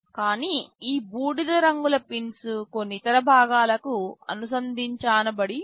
కానీ ఈ బూడిద రంగుల పిన్స్ కొన్ని ఇతర భాగాలకు అనుసంధానించబడినవి